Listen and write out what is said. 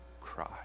cry